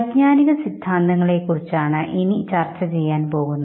വൈജ്ഞാനിക സിദ്ധാന്തങ്ങളെ കുറിച്ചാണ് ഇനി ചർച്ച ചെയ്യാൻ പോകുന്നത്